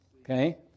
Okay